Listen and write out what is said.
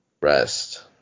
rest